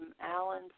Alan